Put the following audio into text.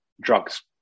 drugs